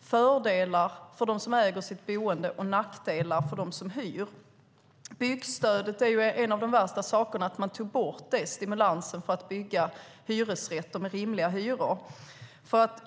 fördelar för dem som äger sitt boende och nackdelar för dem som hyr. Att man tog bort byggstödet som stimulans för att bygga hyresrätter med rimliga hyror var en av de värsta sakerna.